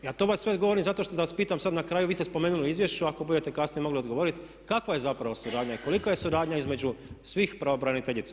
A to vam sve govorim zato da vas pitam sad na kraju vi ste spomenuli u izvješću, ako budete kasnije mogli odgovoriti kakva je zapravo suradnja i kolika je suradnja između svih pravobraniteljica?